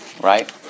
Right